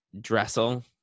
Dressel